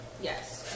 Yes